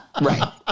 Right